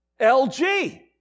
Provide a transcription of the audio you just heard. LG